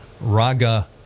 Raga